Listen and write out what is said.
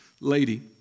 lady